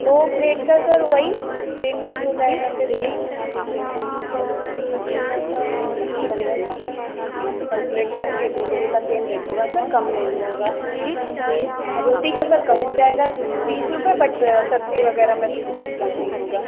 दो प्लेट का सर वही सेम रेट हो जाएगा फिर उसी को तब देखना पड़ेगा सब कुछ कल्कुलेट करके दो लोगों का सेम रेट होगा सर कम नहीं होगा रोटी का कर कम हो जाएगा बीस रुपए बट सब्जी वगैरह में तो कुछ कम नहीं होगा